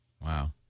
Wow